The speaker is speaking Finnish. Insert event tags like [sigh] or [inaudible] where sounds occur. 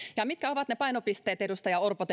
mitkä ovat ne painopisteet kysyitte edustaja orpo [unintelligible]